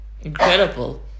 incredible